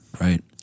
Right